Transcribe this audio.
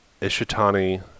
Ishitani